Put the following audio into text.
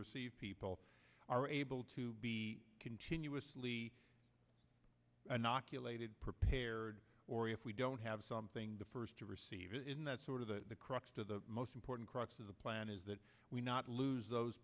receive people are able to be continuously an ocular rated prepared or if we don't have something the first to receive in that sort of the crux to the most important crux of the plan is that we not lose those